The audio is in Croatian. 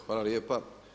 Hvala lijepa.